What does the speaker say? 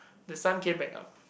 the sun came back up